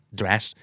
dress